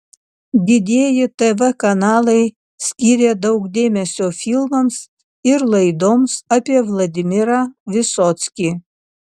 didieji tv kanalai skyrė daug dėmesio filmams ir laidoms apie vladimirą vysockį